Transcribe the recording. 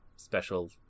special